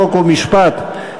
חוק ומשפט,